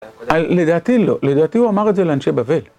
לדעתי לא, לדעתי הוא אמר את זה לאנשי בבל